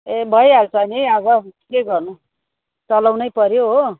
ए भइहाल्छ नि अब के गर्नु चलाउनै पऱ्यो हो